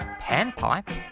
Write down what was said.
Panpipe